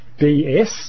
BS